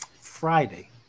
Friday